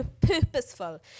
purposeful